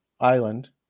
island